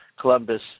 Columbus